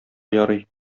ярый